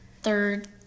third